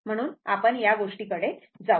म्हणून आपण या गोष्टीकडे जाऊ